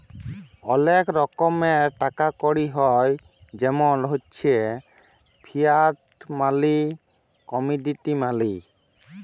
ওলেক রকমের টাকা কড়ি হ্য় জেমল হচ্যে ফিয়াট মালি, কমডিটি মালি